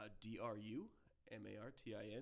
d-r-u-m-a-r-t-i-n